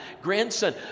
grandson